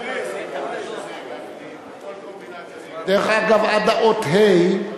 הכול קומבינציה, דרך אגב, עד האות ה"א,